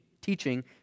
teaching